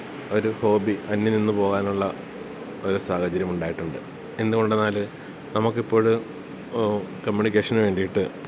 ഒര് ഹോബി അന്യം നിന്ന് പോകാനുള്ള ഒര് സാഹചര്യമുണ്ടായിട്ടുണ്ട് എന്തുകൊണ്ടെന്നാല് നമുക്കിപ്പോഴ് കമ്മ്യൂണിക്കേഷന് വേണ്ടിയിട്ട്